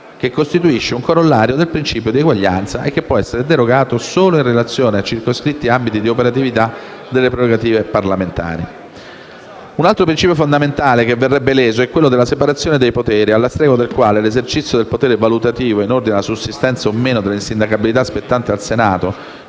che costituisce un corollario del principio di eguaglianza e che può essere derogato solo in relazione ai circoscritti ambiti di operatività delle prerogative parlamentari. Un altro principio fondamentale che verrebbe leso è quello della separazione dei poteri, alla stregua del quale l'esercizio del potere valutativo in ordine alla sussistenza o no dell'insindacabilità, spettante al Senato